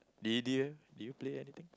did you did you did you play anything